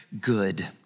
good